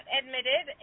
admitted